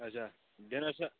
اَچھا ڈِنَر چھا